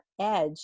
edge